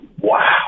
wow